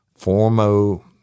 Formo